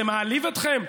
זה מעליב אתכם?